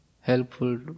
helpful